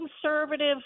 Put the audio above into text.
conservative